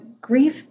grief